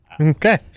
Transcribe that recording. Okay